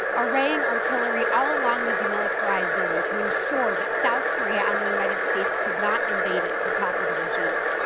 arraying artillery all along the demilitarized zone to ensure that south korea and the united states could not invade it to topple the regime.